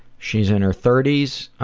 she's in her thirties.